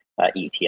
ETF